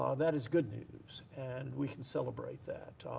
um that is good news and we can celebrate that.